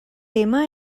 tema